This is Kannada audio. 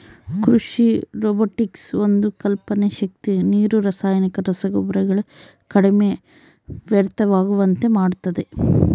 ಕೃಷಿ ರೊಬೊಟಿಕ್ಸ್ ಒಂದು ಕಲ್ಪನೆ ಶಕ್ತಿ ನೀರು ರಾಸಾಯನಿಕ ರಸಗೊಬ್ಬರಗಳು ಕಡಿಮೆ ವ್ಯರ್ಥವಾಗುವಂತೆ ಮಾಡುತ್ತದೆ